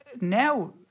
now